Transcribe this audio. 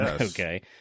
okay